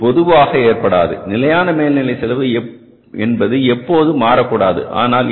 இது பொதுவாக ஏற்படாது நிலையான மேல்நிலை செலவு என்பது எப்போதும் மாறக்கூடாது